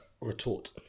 retort